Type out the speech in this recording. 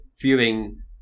viewing